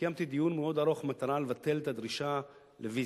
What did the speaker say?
וקיימתי דיון מאוד ארוך במטרה לבטל את הדרישה לוויזה.